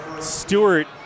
Stewart